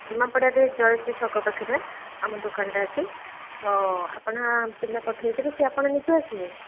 ନିମାପଡ଼ାରେ ଜୟଶ୍ରୀ ଛକ ପାଖରେ ଆମ ଦୋକାନଟା ଅଛି ତ ଆପଣ ପିଲା ପଠାଇ ଦେବେ କି ଆପଣ ନିଜେ ଆସିବେ